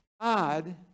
God